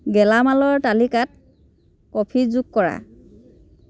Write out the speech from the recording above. গেলামালৰ তালিকাত কফি যোগ কৰা